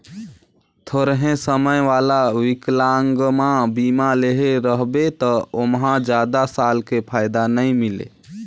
थोरहें समय वाला विकलांगमा बीमा लेहे रहबे त ओमहा जादा साल ले फायदा नई मिले